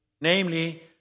namely